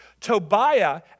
Tobiah